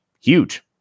huge